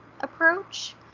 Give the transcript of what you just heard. approach